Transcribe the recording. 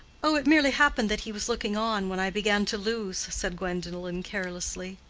oh, it merely happened that he was looking on when i began to lose, said gwendolen, carelessly.